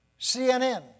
CNN